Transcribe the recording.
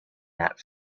that